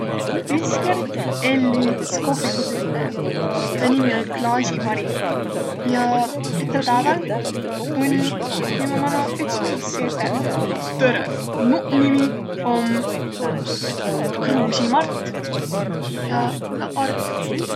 Ütskõrd elli üts kohvikutüütäjä. Tä nimi oll' Klaasi Mari. Ja ütel pääväl tull' timä manoq üts miis ja ütel': Tereq! Muq nimi om Kruusi Mart. Ja naaq armuq.